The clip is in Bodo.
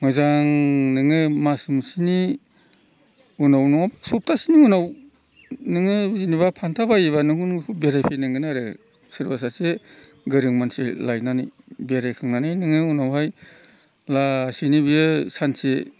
मोजां नोङो मास मोनसेनि उनाव नङाबा सबथासे उनाव जेनेबा नोङो फानथाबायोब्ला नों बेरायफैनांगोन आरो सोरबा सासे गोरों मानसि लायनानै बेरायखांनानै नोङो उनावहाय लासैनो बेयो सानसे